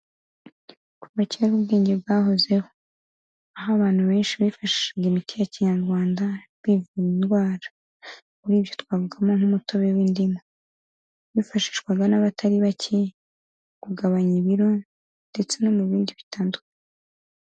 Kuva kera ubwenge bwahozeho. Aho abantu benshi bifashishaga imiti ya Kinyarwanda bivura indwara. Muri ibyo twavugamo nk'umutobe w'indimu. Wifashishwaga n'abatari bake, mu kugabanya ibiro ndetse no mu bindi bitandukanye.